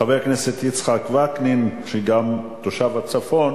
חבר הכנסת יצחק וקנין, שהוא גם תושב הצפון